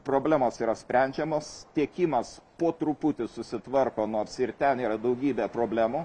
problemos yra sprendžiamos tiekimas po truputį susitvarko nors ir ten yra daugybė problemų